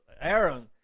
Aaron